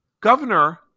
Governor